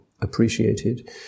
appreciated